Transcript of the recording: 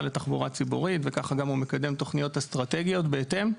לתחבורה ציבורית וככה גם הוא מקדם תוכניות אסטרטגיות בהתאם.